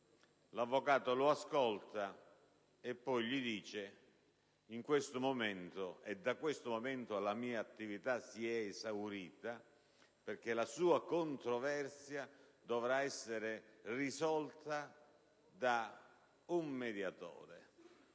L'avvocato lo ascolta e poi gli dice: «In questo momento e da questo momento la mia attività si è esaurita perché la sua controversia dovrà essere risolta da un mediatore.